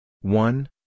one